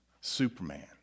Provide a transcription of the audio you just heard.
Superman